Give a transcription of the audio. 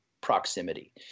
proximity